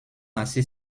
assez